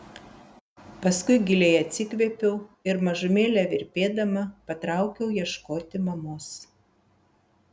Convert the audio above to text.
paskui giliai atsikvėpiau ir mažumėlę virpėdama patraukiau ieškoti mamos